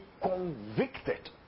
convicted